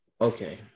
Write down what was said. Okay